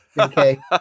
Okay